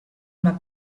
una